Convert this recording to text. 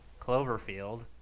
Cloverfield